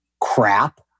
crap